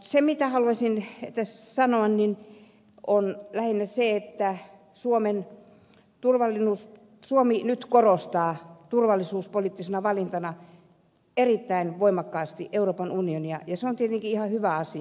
se mitä haluaisin tässä sanoa on lähinnä se että suomi nyt korostaa turvallisuuspoliittisena valintana erittäin voimakkaasti euroopan unionia ja se on tietenkin ihan hyvä asia